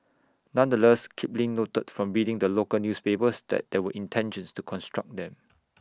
nonetheless Kipling noted from reading the local newspapers that there were intentions to construct them